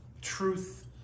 truth